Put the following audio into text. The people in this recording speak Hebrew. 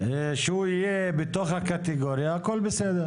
שהוא יהיה בתוך הקטגוריה, הכול בסדר.